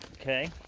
okay